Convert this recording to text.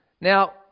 Now